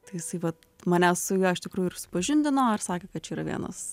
tai jisai vat manęs iš tikrųjų ir supažindino ir sakė kad čia yra vienas